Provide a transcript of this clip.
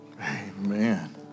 Amen